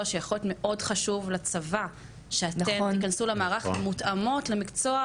שיכול להיות מאוד חשוב לצבא שאתן תיכנסו למערך מותאמות למקצוע,